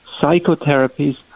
psychotherapies